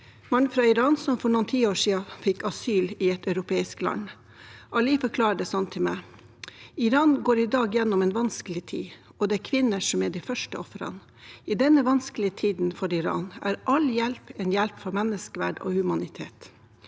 mann fra Iran som for noen tiår siden fikk asyl i et europeisk land. Ali forklarer det sånn til meg: Iran går i dag gjennom en vanskelig tid, og det er kvinner som er de første ofrene. I denne vanskelige tiden for Iran er all hjelp en hjelp for menneskeverd og humanitet.